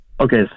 Okay